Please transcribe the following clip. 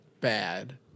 Bad